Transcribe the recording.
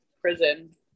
prison